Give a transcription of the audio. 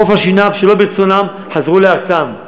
מחוף-השנהב, שלא ברצונם, חזרו לארצם.